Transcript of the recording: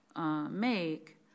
make